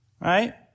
right